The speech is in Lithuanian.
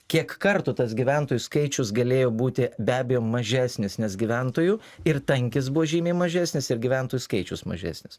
kiek kartų tas gyventojų skaičius galėjo būti be abejo mažesnis nes gyventojų ir tankis buvo žymiai mažesnis ir gyventojų skaičius mažesnis